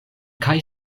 kaj